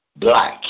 black